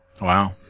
Wow